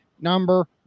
number